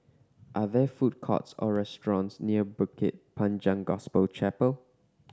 are there food courts or restaurants near Bukit Panjang Gospel Chapel